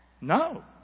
No